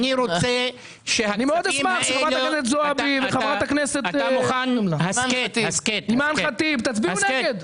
אשמח מאוד שחברת הכנסת זועבי וחברת הכנסת אימאן ח'טיב יאסין יצביעו נגד.